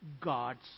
God's